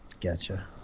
Gotcha